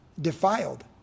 defiled